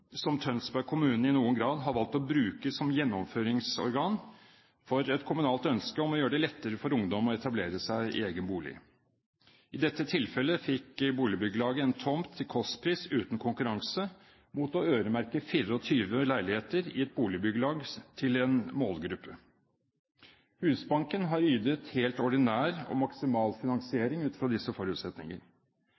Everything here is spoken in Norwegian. som Tønsberg kommune i noen grad har valgt å bruke som gjennomføringsorgan for et kommunalt ønske om å gjøre det lettere for ungdom å etablere seg i egen bolig. I dette tilfellet fikk boligbyggelaget en tomt til kostpris uten konkurranse mot å øremerke 24 leiligheter i et boligbyggelag til en målgruppe, Husbanken har ytt helt ordinær og maksimal